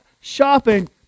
shopping